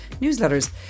newsletters